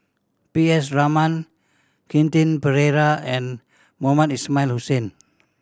P S Raman Quentin Pereira and Mohamed Ismail Hussain